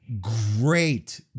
Great